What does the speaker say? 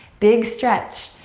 big stretch.